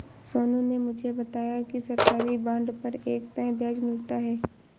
सोनू ने मुझे बताया कि सरकारी बॉन्ड पर एक तय ब्याज मिलता है